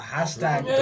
Hashtag